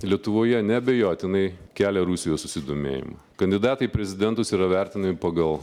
lietuvoje neabejotinai kelia rusijos susidomėjimą kandidatai į prezidentus yra vertinami pagal